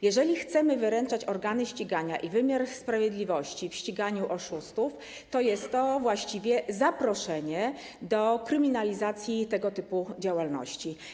Jeżeli chcemy wyręczać organy ścigania i wymiar sprawiedliwości w ściganiu oszustów, to jest to właściwie zaproszenie do kryminalizacji tego typu działalności.